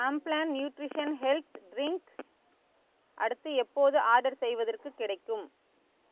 Complan nutrition health drink அடுத்து எப்போது order செய்வதற்குக் கிடைக்கும்